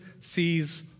sees